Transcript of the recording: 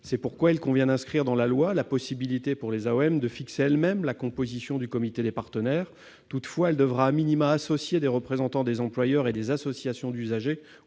le dialogue. Il convient d'inscrire dans la loi la possibilité pour les AOM de fixer elles-mêmes la composition du comité des partenaires. Toutefois, celui-ci devra associer des représentants des employeurs et des associations d'usagers